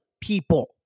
people